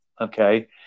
Okay